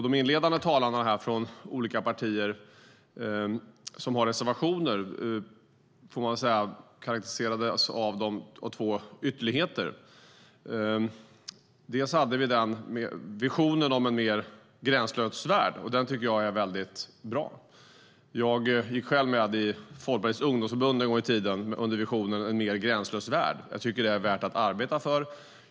De inledande talarna här från olika partier som har reservationer karakteriseras av två ytterligheter. Den ena handlar om visionen om en mer gränslös värld, och den tycker jag är väldigt bra. Jag gick själv med i Folkpartiets ungdomsförbund en gång i tiden med visionen om en mer gränslös värld och tycker att det är värt att arbeta för.